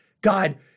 God